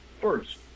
first